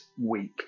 week